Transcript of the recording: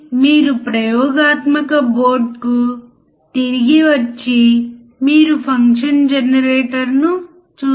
5 కంటే తక్కువ ఏదైనా మీరు దీన్ని ఇన్పుట్ వోల్టేజ్ పరిధిగా ఉపయోగించవచ్చు అది మీ గెయిన్ మీద ఆధారపడి ఉంటుంది